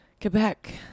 Quebec